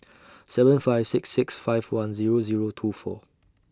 seven five six six five one Zero Zero two four